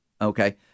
Okay